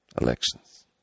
elections